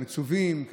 המצווים,